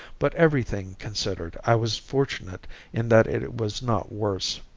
but everything considered, i was fortunate in that it was not worse.